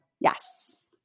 yes